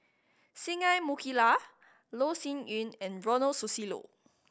Singai Mukilan Loh Sin Yun and Ronald Susilo